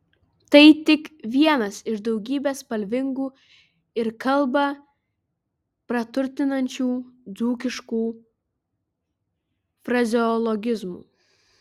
tai tik vienas iš daugybės spalvingų ir kalbą praturtinančių dzūkiškų frazeologizmų